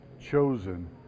chosen